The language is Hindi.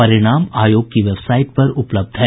परिणाम आयोग की वेबसाइट पर उपलब्ध है